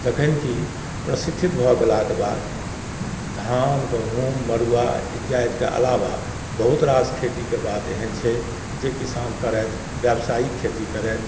जखन कि प्रशिक्षित भऽ गेलाके बाद धान गहूम मड़ुआ इत्यादिके अलावा बहुत रास खेतीके बात एहन छै जे किसान करथि व्यावसायिक खेती करथि